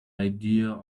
idea